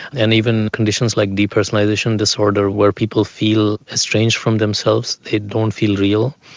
and even conditions like depersonalisation disorder where people feel estranged from themselves, they don't feel real,